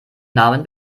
namen